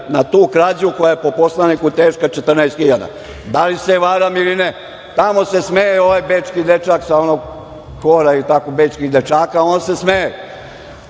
na tu krađu koja je po poslaniku teška 14 hiljada. Da li se varam ili ne? Tamo se smeje ovaj bečki dečak sa onog Hora bečkih dečaka. On se smeje.